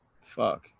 Fuck